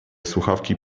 słuchawki